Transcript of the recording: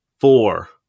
four